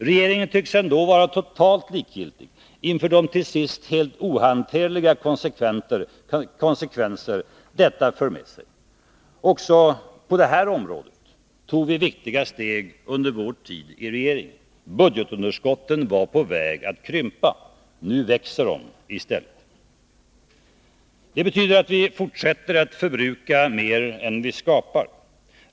Regeringen tycks ändå vara totalt likgiltig inför de till sist helt ohanterliga konsekvenser detta för med sig. Också på det här området tog vi viktiga steg under vår tid i regeringen. Budgetunderskotten var på väg att krympa. Nu växer de i stället. Det betyder att vi fortsätter att förbruka mer än vi skapar.